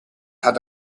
had